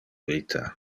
vita